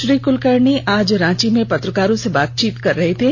श्री कुलकर्णी आज रांची में पत्रकारों से बातचीत कर रहे थे